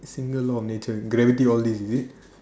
single law major gravity all this is it